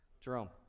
Jerome